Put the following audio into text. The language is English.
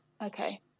okay